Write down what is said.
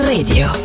Radio